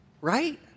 right